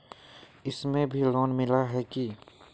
इसमें भी लोन मिला है की